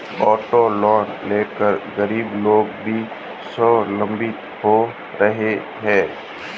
auto loan लेकर गरीब लोग भी स्वावलम्बी हो रहे हैं